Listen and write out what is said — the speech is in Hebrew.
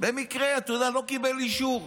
אתה יודע, לא קיבל אישור.